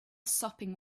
sopping